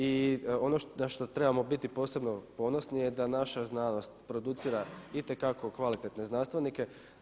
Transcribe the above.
I ono na što trebamo biti posebno ponosni je da naša znanost producira itekako kvalitetne znanstvenike.